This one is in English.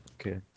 Okay